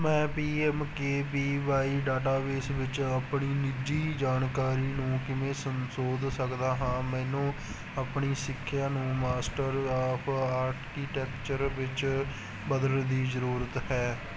ਮੈਂ P M K V Y database ਵਿੱਚ ਆਪਣੀ ਨਿੱਜੀ ਜਾਣਕਾਰੀ ਨੂੰ ਕਿਵੇਂ ਸਂ ਸੋਧ ਸਕਦਾ ਹਾਂ ਮੈਨੂੰ ਆਪਣੀ ਸਿੱਖਿਆ ਨੂੰ ਮਾਸਟਰ ਆਫ ਆਰਕੀਟੈਕਚਰ ਵਿੱਚ ਬਦਲਣ ਦੀ ਜ਼ਰੂਰਤ ਹੈ